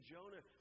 Jonah